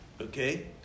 Okay